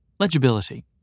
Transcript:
Legibility